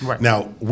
Now